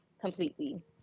completely